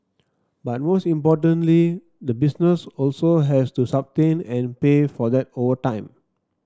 but most importantly the business also has to sustain and pay for that over time